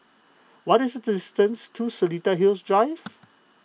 what is the distance to Seletar Hills Drive